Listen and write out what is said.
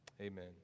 Amen